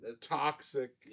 Toxic